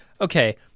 okay